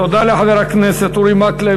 תודה לחבר הכנסת אורי מקלב.